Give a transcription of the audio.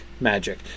magic